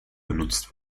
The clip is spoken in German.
benutzt